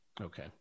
Okay